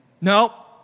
No